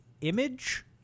image